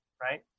right